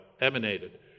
emanated